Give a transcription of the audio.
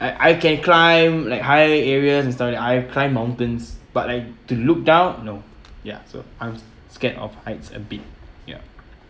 I I can climb like high areas and stuff like that I've climbed mountains but like to look down no ya so I'm scared of heights a bit yup